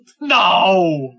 No